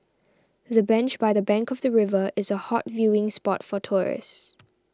the bench by the bank of the river is a hot viewing spot for tourists